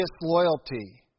disloyalty